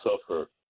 suffer